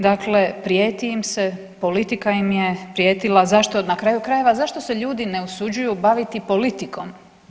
Dakle, prijeti im se, politika im je prijetila, zašto, na kraju krajeva, zašto se ljudi ne usuđuju baviti politikom?